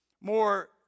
More